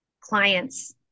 clients